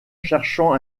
cherchant